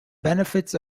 benefits